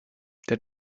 der